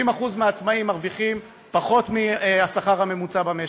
70% מהעצמאים מרוויחים פחות מהשכר הממוצע במשק.